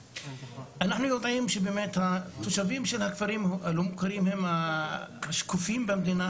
אנחנו יודעים שהתושבים של הכפרים האלה הם השקופים במדינה,